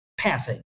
pathing